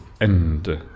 end